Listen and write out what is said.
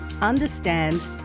understand